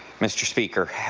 mr. speaker.